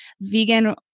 vegan